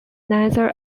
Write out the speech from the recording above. neither